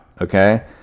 okay